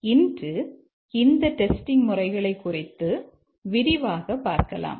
நாம் இன்று இந்த டெஸ்டிங் முறைகளை குறித்து விரிவாக பார்க்கலாம்